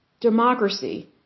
democracy